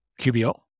QBO